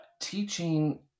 teaching